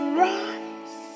rise